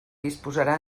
disposarà